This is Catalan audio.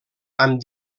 amb